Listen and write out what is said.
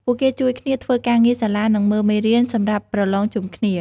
ពួកគេជួយគ្នាធ្វើការងារសាលា និងមើលមេរៀនសម្រាប់ប្រឡងជុំគ្នា។